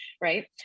right